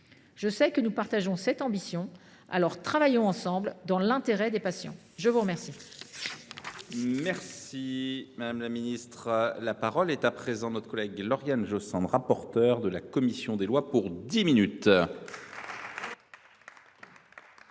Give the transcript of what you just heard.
Je sais que nous partageons cette ambition : alors, travaillons ensemble dans l’intérêt des patients ! La parole